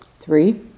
Three